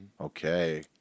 Okay